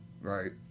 right